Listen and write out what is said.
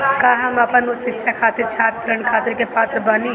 का हम अपन उच्च शिक्षा खातिर छात्र ऋण खातिर के पात्र बानी?